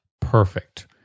perfect